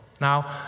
Now